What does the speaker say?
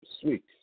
Sweet